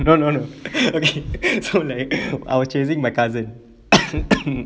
no no no okay so like I was chasing my cousin